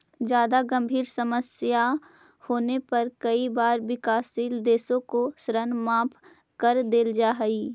जादा गंभीर समस्या होने पर कई बार विकासशील देशों के ऋण माफ कर देल जा हई